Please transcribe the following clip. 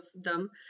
dumb